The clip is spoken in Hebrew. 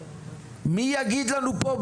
מי יגיד לנו פה,